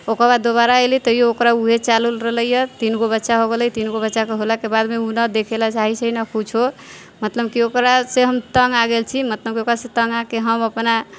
ओकरबाद दुबारा अएली तैओ ओकरा ओहे चाल उल रहलैए तीनगो बच्चा हो गेलै तीनगो बच्चाके होलाके बादमे ओ नहि देखैलए चाहै छै नहि किछु मतलम कि ओकरासँ हम तँग आ गेल छी मतलम कि ओकरासँ तँग आके हम अपना